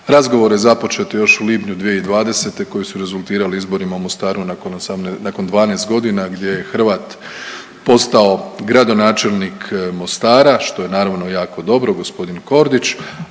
razgovore započete još u lipnju 2020. koji su rezultirali izborima u Mostaru nakon 18, nakon 12 godina gdje je Hrvat postao gradonačelnik Mostara što je naravno jako dobro, gospodin Kordić,